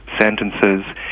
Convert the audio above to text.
sentences